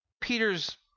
Peter's